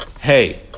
Hey